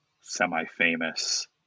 semi-famous